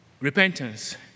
Repentance